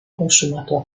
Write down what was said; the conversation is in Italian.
consumato